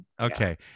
okay